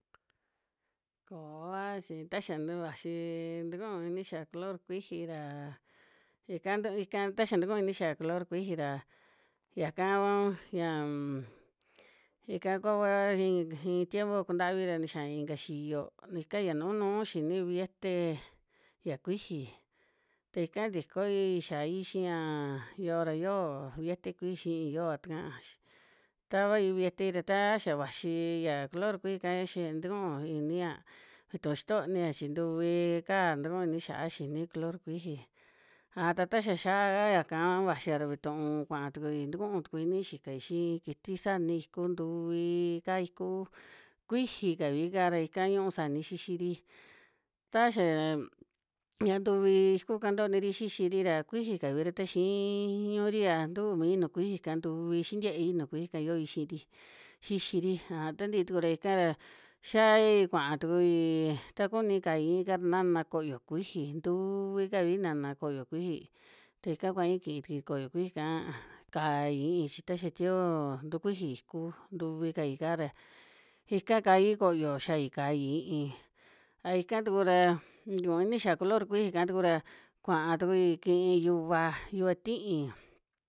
Kooa chi ta xa tu vaxi tukun ini xia'a color kuiji ra ikat, ika taxa tukuu ini xia'a kuiji ra, yaka vu yam ika kua ink iin tiempo kuvi a nixia'i inka xiyo, ika ya nu nuu xini billete ya kuiji ta ika ntikoi xia'i xiñaa yo'o ra yoo billete kuiji xii, yoa taka xi tavai billetei ra taa xia vaxi ya color kuiji'ka xi tukuu inia, vituu xitonia chi ntuvi kaa tukun ini xaa xini color kuiji. Aja ta taa xia xaa yaka vaxia ra vituu kua tukui tukuu tuku ini xikai xii kiti sanii iku, ntuvii kaa iku kuiji kavi kaa ra ika ñuu sani xixiri, ta xa ya ntuvi ikuka ntoniri xixiri ra kuiji kavi ra tayii ñuuri ra ntuu mi nuju kuji'ka, ntuvi xintiei nuju kuiji ika yooi xi'iri xixiri, aja ta ntii tuku ra ika ra xiayi kua tukuii ta kuii i'ín ka ra naana koyo kuiji ntuvii kavi naana koyo kuiji ta ika kuai kii tukui kpyo kuiji'ka, kai i'ín chi ta xa tievoo ntu kuiji iku, ntuvi kai kaa ra ika kayi koyo xiai kaii i'ín. A ika tuku ra tukuu ini xia'a color kuiji'ka tuku ra kuaa tukui kii yuva, yuva ti'í.